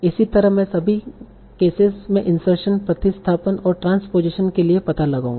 इसी तरह मैं सभी केसेस में इंसर्शन प्रतिस्थापन और ट्रांसपोज़ेशन के लिए पता लगाऊंगा